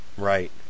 Right